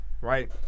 Right